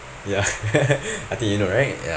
ya I think you know right ya